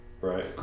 Right